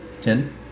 Ten